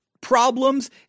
problems